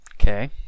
okay